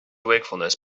wakefulness